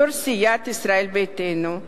יושב-ראש סיעת ישראל ביתנו.